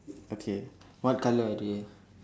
okay what colour are they